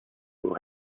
will